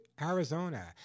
Arizona